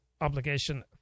obligation